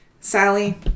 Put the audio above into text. Sally